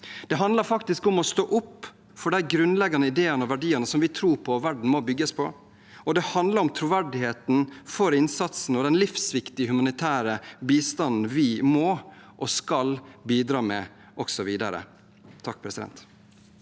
Det handler faktisk om å stå opp for de grunnleggende ideene og verdiene som vi tror på, og som verden må bygges på, og det handler om troverdigheten for innsatsen og den livsviktige humanitære bistanden som vi må – og skal – bidra med også videre. Statsminister